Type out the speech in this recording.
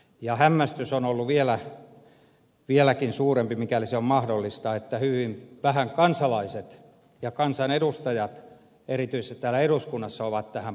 ja hämmästys on ollut vieläkin suurempi mikäli se on mahdollista kun hyvin vähän kansalaiset ja kansanedustajat erityisesti täällä eduskunnassa ovat tähän puuttuneet